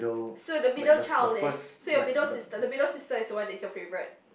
so the middle child then so your middle sister the middle sister is the one is your favourite